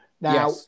Now